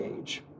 age